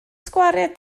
sgwariau